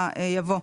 יבוא.